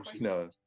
no